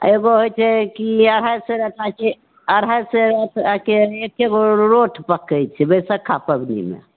आ एगो होइ छै कि अढ़ाइ सेर आटाके अढ़ाइ सेर आटाके एकैगो रोट पकै छै बैशखा पाबनिमे